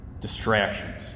Distractions